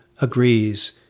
agrees